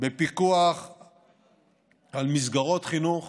בפיקוח על מסגרות חינוך